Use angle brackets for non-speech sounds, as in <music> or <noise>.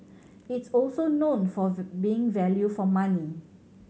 it's also known for <unintelligible> being value for money